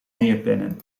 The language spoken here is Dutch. neerpennen